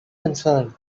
concerned